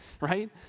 right